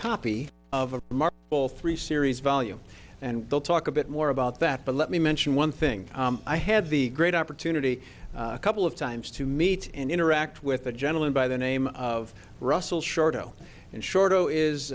copy of all three series volume and we'll talk a bit more about that but let me mention one thing i had the great opportunity a couple of times to meet and interact with a gentleman by the name of russell shorto and shorto is